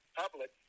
public